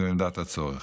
במידת הצורך.